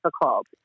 difficult